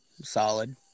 Solid